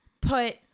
put